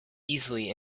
easily